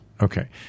Okay